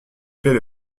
plait